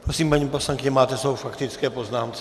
Prosím, paní poslankyně, máte slovo k faktické poznámce.